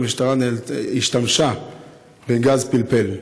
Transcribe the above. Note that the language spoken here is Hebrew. והמשטרה השתמשה בגז פלפל.